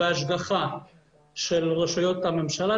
בהשגחה של רשויות הממשלה,